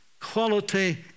quality